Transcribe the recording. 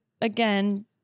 again